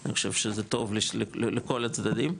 אני חושב שזה טוב לכל הצדדים,